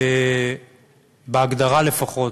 בהגדרה לפחות,